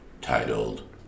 titled